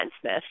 Smith